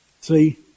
See